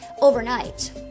overnight